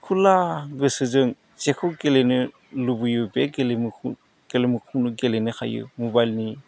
खुला गोसोजों जेखौ गेलेनो लुबैयो बे गेलेमुखौ गेलेमुखौनो गेलेनो हायो मबाइलनि